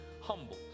humbled